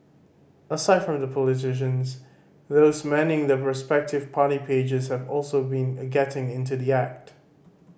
aside from the politicians those manning the respective party pages have also been a getting into the act